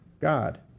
God